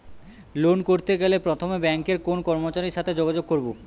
Loan করতে গেলে প্রথমে ব্যাঙ্কের কোন কর্মচারীর সাথে যোগাযোগ করব?